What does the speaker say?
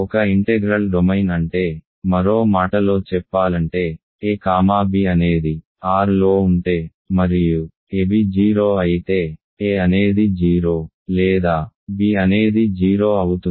ఒక integral domain అంటే మరో మాటలో చెప్పాలంటే a కామా b అనేది R లో ఉంటే మరియు ab 0 అయితే a అనేది 0 లేదా b అనేది 0 అవుతుంది